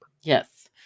Yes